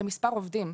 למספר עובדים.